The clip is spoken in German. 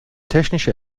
technische